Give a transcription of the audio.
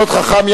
מאוד חכם.